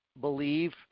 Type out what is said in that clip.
believe